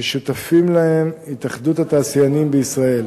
ששותפים להם התאחדות התעשיינים בישראל,